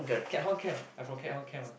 Keat Hong camp I from Keat Hong camp one